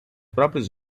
próprios